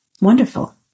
wonderful